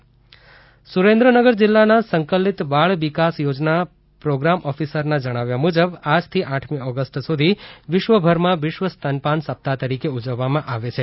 વિશ્વ સ્તનપાન દિવસ સુરેન્દ્રનગર જીલ્લાના સંકલિત બાળ વિકાસ યોજનાના પ્રોગ્રામ ઓફિસર ના જણાવ્યા મુજબ આજથી આઠમી ઓગસ્ટ સુધી વિશ્વભરમાં વિશ્વ સ્તનપાન સપ્તાહ તરીકે ઉજવવામાં આવે છે